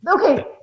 okay